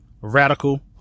radical